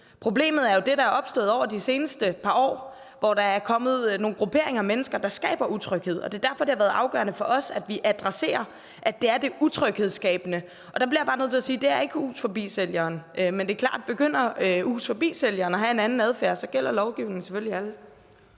Problemet er jo det, der er opstået over de seneste par år, hvor der er kommet nogle grupperinger af mennesker, der skaber utryghed, og det er derfor, at det har været afgørende for os, at vi adresserer, at det er det utryghedsskabende. Og der bliver jeg bare nødt til at sige, at det er ikke Hus Forbi-sælgeren, men det er klart, at begynder Hus Forbi-sælgeren at have den adfærd, gælder lovgivningen selvfølgelig også